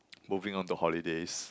moving on to holidays